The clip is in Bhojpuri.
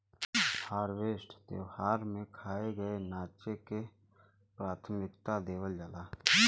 हार्वेस्ट त्यौहार में खाए, गाए नाचे के प्राथमिकता देवल जाला